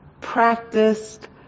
practiced